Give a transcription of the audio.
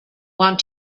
want